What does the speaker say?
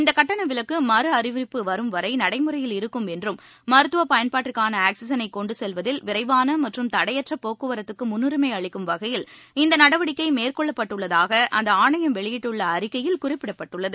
இந்த கட்டண விலக்கு மறு அறிவிப்பு வரும் வரை நடைமுறையில் இருக்கும் என்றும் மருத்துவ பயன்பாட்டிற்கான ஆக்ஸிஜனை கொண்டு செல்வதில் விரைவான மற்றும் தடையற்ற போக்குவரத்துக்கு முன்னுரிமை அளிக்கும் வகையில் இந்த நடவடிக்கை மேற்கொள்ளப்பட்டுள்ளதாக அந்த ஆணையம் வெளியிட்டுள்ள அறிக்கையில் குறிப்பிடப்பட்டுள்ளது